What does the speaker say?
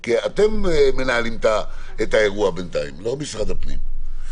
כי בינתיים אתם אלה שמנהלים את האירוע ולא משרד הפנים.